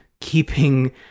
keeping